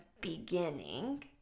beginning